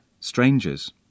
Strangers